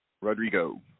Rodrigo